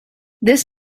this